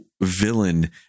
villain